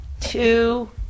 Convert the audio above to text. two